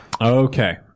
Okay